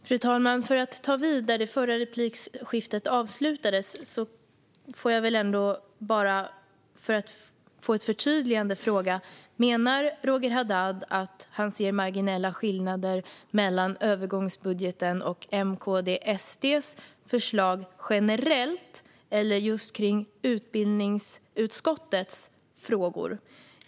Fru talman! För att ta vid där det förra replikskiftet avslutades vill jag, bara för att få ett förtydligande, fråga: Menar Roger Haddad att han ser marginella skillnader mellan övergångsbudgeten och M-KD-SD:s förslag generellt eller just när det gäller utbildningsutskottets frågor?